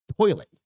toilet